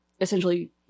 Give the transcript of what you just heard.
essentially